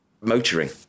motoring